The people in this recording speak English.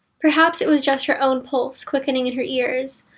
perhaps it was just her own pulse quickening in her ears,